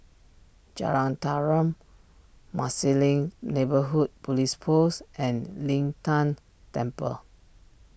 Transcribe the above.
Jalan Tarum Marsiling Neighbourhood Police Post and Lin Tan Temple